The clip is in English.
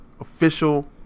official